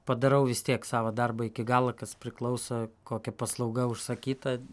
padarau vis tiek savo darbą iki galo kas priklauso kokia paslauga užsakyta